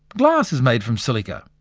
glass is made from silica,